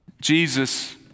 Jesus